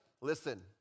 Listen